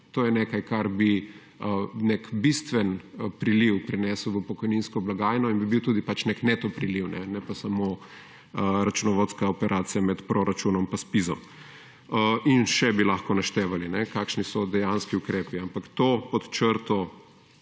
To je nekaj, kar bi prineslo nek bistven priliv v pokojninsko blagajno in bi bil tudi nek neto priliv, ne pa samo računovodska operacija med proračunom in ZPIZ. In še bi lahko naštevali, kakšni so dejanski ukrepi. Ampak, pod črto,